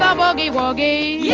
um ah boogie woogie.